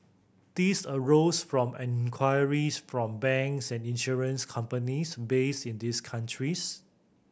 these arose from inquiries from banks and insurance companies based in these countries